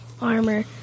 armor